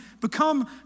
become